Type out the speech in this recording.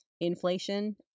inflation